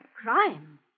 Crime